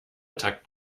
takt